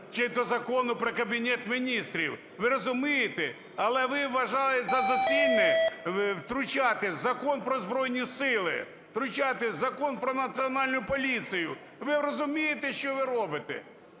чи до Закону про Кабінет Міністрів, ви розумієте? Але ви вважали за доцільне втручатися в Закон про Збройні Сили, втручатися в Закон "Про Національну поліцію". Ви розумієте, що ви робите,